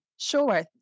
Sure